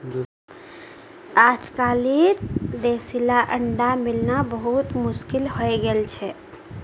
अजकालित देसला अंडा मिलना बहुत कठिन हइ गेल छ